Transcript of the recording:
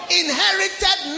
inherited